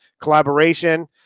collaboration